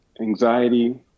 anxiety